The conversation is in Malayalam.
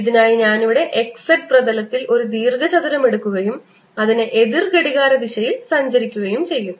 ഇതിനായി ഞാൻ ഇവിടെ xz പ്രതലത്തിൽ ഒരു ദീർഘചതുരം എടുക്കുകയും അതിനെ എതിർ ഘടികാരദിശയിൽ സഞ്ചരിക്കുകയും ചെയ്യും